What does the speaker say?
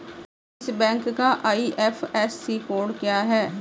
इस बैंक का IFSC code क्या है?